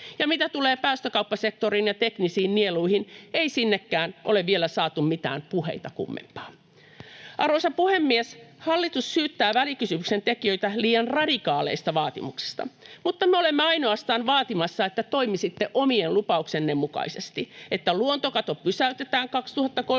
Ja mitä tulee päästökauppasektoriin ja teknisiin nieluihin, ei sinnekään ole vielä saatu mitään puheita kummempaa. Arvoisa puhemies! Hallitus syyttää välikysymyksen tekijöitä liian radikaaleista vaatimuksista, mutta me olemme ainoastaan vaatimassa, että toimisitte omien lupauksienne mukaisesti: että luontokato pysäytetään